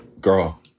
Girl